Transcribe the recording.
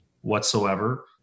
whatsoever